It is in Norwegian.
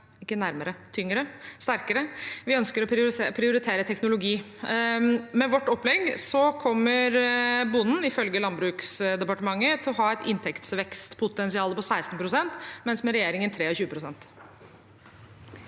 produksjon sterkere, og vi ønsker å prioritere teknologi. Med vårt opplegg kommer bonden, ifølge Landbruksdepartementet, til å ha et inntektsvekstpotensial på 16 pst., mens det med regjeringen er